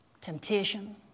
Temptation